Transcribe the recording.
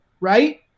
right